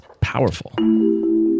powerful